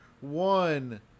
One